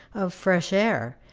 of fresh air,